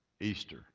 Easter